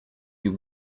you